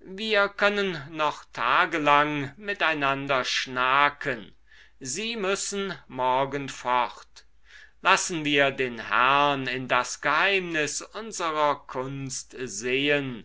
wir können noch tagelang miteinander schnacken sie müssen morgen fort lassen wir den herrn in das geheimnis unserer kunst sehen